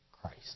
Christ